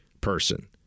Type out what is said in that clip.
person